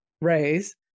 raise